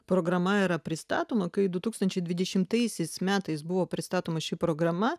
programa yra pristatoma kai du tūkstančiai dvidešimtaisiais metais buvo pristatoma ši programa